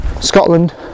Scotland